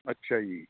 ਅੱਛਾ ਜੀ